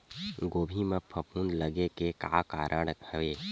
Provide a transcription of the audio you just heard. गोभी म फफूंद लगे के का कारण हे?